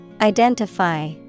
Identify